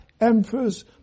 emperors